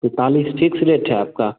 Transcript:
पैंतालीस fix rate है आपका